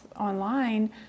online